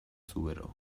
zubero